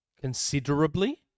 Considerably